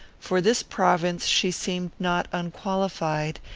for this province she seemed not unqualified,